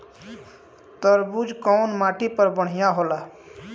तरबूज कउन माटी पर बढ़ीया होला?